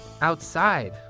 outside